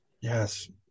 yes